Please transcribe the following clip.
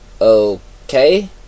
Okay